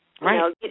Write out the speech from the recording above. Right